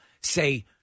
say